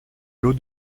l’eau